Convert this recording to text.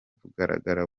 kugaragara